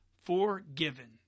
forgiven